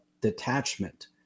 detachment